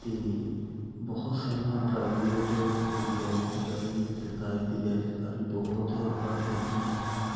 ਅਤੇ ਬਹੁਤ ਸਾਰੀਆਂ ਪ੍ਰਾਈਵੇਟ ਅਤੇ ਗੈਰ ਸਰਕਾਰੀ ਸਰਕਾਰੀ ਅਤੇ ਗੈਰ ਸਰਕਾਰੀ ਬਹੁਤ ਆਰਟ ਗੈਲਰੀਆਂ ਹਨ